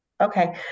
Okay